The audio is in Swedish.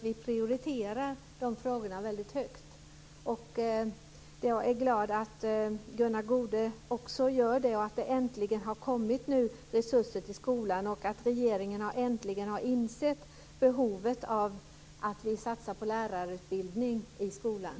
Vi prioriterar dessa frågor väldigt högt. Jag är glad över att också Gunnar Goude gör det, över att det har kommit resurser till skolan och över att regeringen äntligen har insett behovet av en satsning på lärarutbildning i skolan.